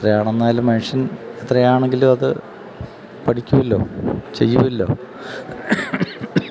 എത്രയാണെന്നാലും മനുഷ്യൻ എത്രയാണെങ്കിലും അത് പഠിക്കുമല്ലോ ചെയ്യുമല്ലോ